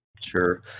sure